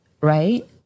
Right